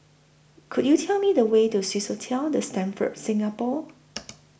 Could YOU Tell Me The Way to Swissotel The Stamford Singapore